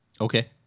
Okay